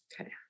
Okay